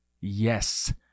yes